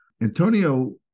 Antonio